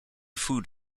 food